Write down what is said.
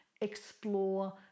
explore